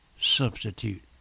substitute